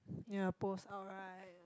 yeah post out right